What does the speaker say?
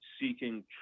seeking